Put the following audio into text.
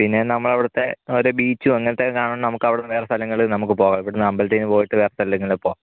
പിന്നെ നമ്മളവിടുത്തെ ഓരോ ബീച്ചും അങ്ങനത്തെയൊക്കെ കാണാൻ നമ്മൾക്കവിടെ നിന്ന് വേറെ സ്ഥലങ്ങളിൽ നമ്മൾക്ക് പോകാം ഇവിടെ നിന്ന് അമ്പലത്തിൽ നിന്ന് പോയിട്ട് വേറെ സ്ഥലങ്ങളിൽ പോവാം